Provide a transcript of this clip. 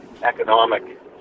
Economic